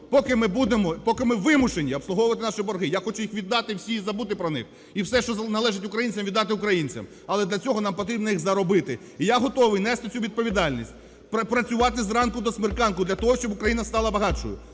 поки ми вимушені обслуговувати наші борги, я хочу їх віддати всі і забути про них, і все, що належить українцям, віддати українцям. Але для цього нам потрібно їх заробити. І я готовий нести цю відповідальність. Працювати зранку до смерканку для того, щоб Україна стала багатшою.